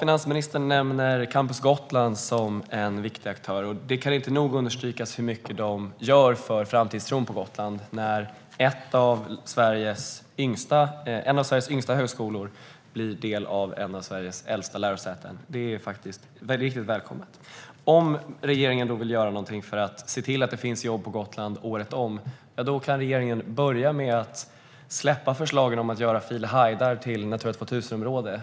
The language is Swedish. Finansministern nämner Campus Gotland som en viktig aktör, och det kan inte nog understrykas hur mycket det gör för framtidstron på Gotland att en av Sveriges yngsta högskolor blir del av ett av Sveriges äldsta lärosäten. Det är riktigt välkommet. Om regeringen vill göra någonting för att se till att det finns jobb på Gotland året om kan den börja med att släppa förslagen om att göra File hajdar till Natura 2000-område.